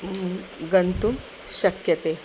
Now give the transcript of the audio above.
गन्तुं शक्यते